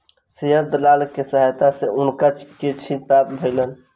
share दलाल के सहायता सॅ हुनका किछ लाभ प्राप्त भेलैन